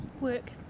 work